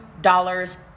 dollars